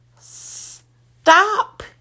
Stop